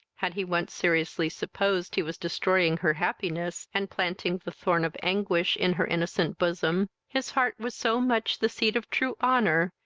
had he once seriously supposed he was destroying her happiness, and planting the thorn of anguish in her innocent bosom, his heart was so much the seat of true honour,